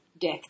death